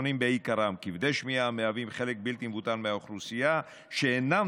האפיונים הללו עלולים להיות חסמים בפני האוכלוסייה הערבית,